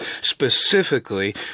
specifically